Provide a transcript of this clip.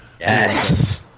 Yes